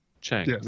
chang